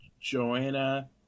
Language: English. Joanna